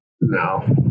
no